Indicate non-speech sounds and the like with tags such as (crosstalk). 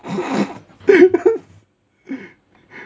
(laughs)